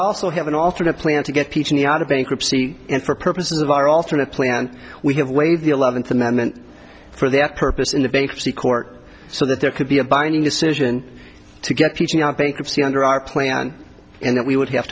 also have an alternate plan to get ph in the out of bankruptcy and for purposes of our alternate plan and we have waived the eleventh amendment for that purpose in the bankruptcy court so that there could be a binding decision to get peace in our bankruptcy under our plan and that we would have